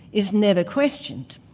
is never questioned.